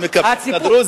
אתה מקפח את הדרוזים.